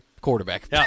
quarterback